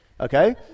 okay